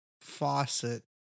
faucet